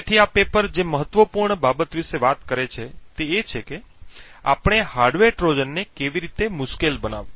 તેથી આ પેપર જે મહત્વપૂર્ણ બાબત વિશે વાત કરે છે તે એ છે કે આપણે હાર્ડવેર ટ્રોજનને કેવી રીતે મુશ્કેલ બનાવ્યું